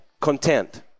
Content